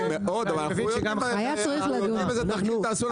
בוקר טוב, אני מתכבד לפתוח את הישיבה.